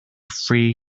free